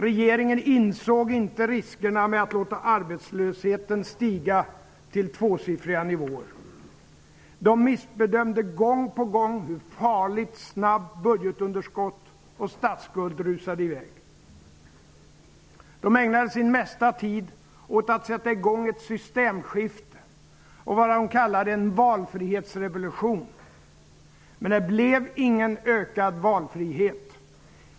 Regeringen insåg inte riskerna med att låta arbetslösheten stiga till tvåsiffriga nivåer. Den missbedömde gång på gång hur farligt snabbt budgetunderskott och statsskuld rusade i väg. Regeringen ägnade sin mesta tid åt att sätta i gång ett systemskifte och en ''valfrihetsrevolution''. Men det blev ingen ökad valfrihet.